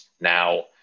now